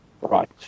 Right